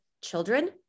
children